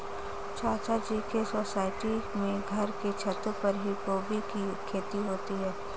चाचा जी के सोसाइटी में घर के छतों पर ही गोभी की खेती होती है